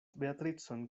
beatricon